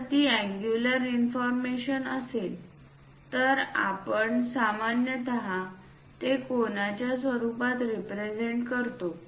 जर ती angular information असेल तर आपण सामान्यत ते कोनाच्या स्वरूपात रिप्रेझेंट करतो